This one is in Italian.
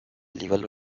livello